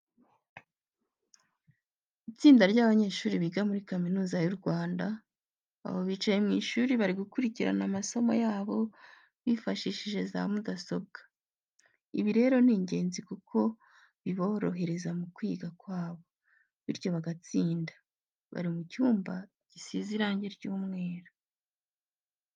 Itsinda ry'abanyeshuri biga muri Kaminuza y'u Rwanda, aho bicaye mu ishuri bari gukurikirana amasomo yabo bifashishije za mudasobwa. Ibi rero ni ingenzi kuko biborohereza mu kwiga kwabo, bityo bagatsinda. Bari mu cyumba gisize irange ry'umweru.